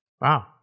Wow